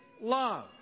love